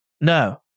No